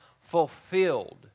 fulfilled